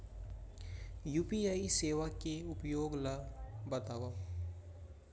UPI सेवा के उपयोग ल बतावव?